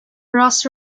ross